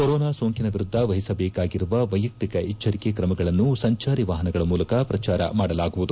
corona ಸೋಂಕಿನ ವಿರುದ್ಧ ವಹಿಸಬೇಕಾಗಿರುವ ವಯಕ್ತಿಕ ಎಚ್ಚರಿಕೆ ಕ್ರಮಗಳನ್ನು ಸಂಚಾರಿ ವಾಹನಗಳ ಮೂಲಕ ಪ್ರಚಾರ ಮಾಡಲಾಗುವುದು